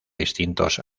distintos